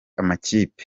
amakipe